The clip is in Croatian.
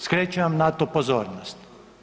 Skrećem vam na to pozornost.